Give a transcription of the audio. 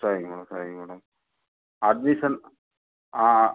சரிங்க மேடம் சரிங்க madam admission